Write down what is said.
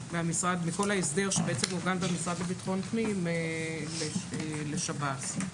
ההסדר שמועבר במשרד לביטחון לאומי לשירות בתי הסוהר.